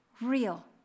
real